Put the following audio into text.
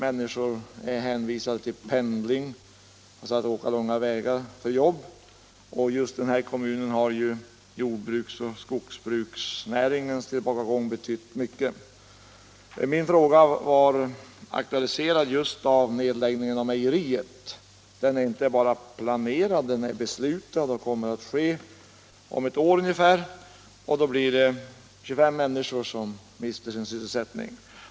Människor är hänvisade till pendling — de måste alltså åka långa vägar för jobb. I kommunen har jord och skogsbruksnäringens tillbakagång också betytt mycket. Min fråga var aktualiserad just av nedläggningen av mejeriet. Den är inte bara planerad utan beslutad och kommer att ske om ungefär ett år. Då mister 25 människor sin sysselsättning.